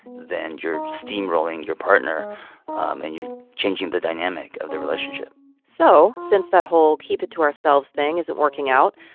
then you're steamrolling your partner and you're changing the dynamic of the relationship so since that whole keep it to ourselves thing isn't working out,